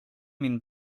min